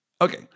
Okay